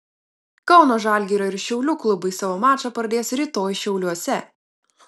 kauno žalgirio ir šiaulių klubai savo mačą pradės rytoj šiauliuose